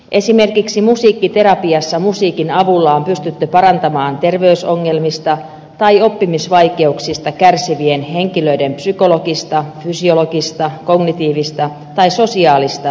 esimerkiksi musiikkiterapiassa musiikin avulla on pystytty parantamaan terveysongelmista tai oppimisvaikeuksista kärsivien henkilöiden psykologista fysiologista kognitiivista tai sosiaalista toimintakykyä